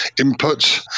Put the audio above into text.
input